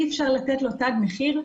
אי אפשר לתת לו תג מחיר.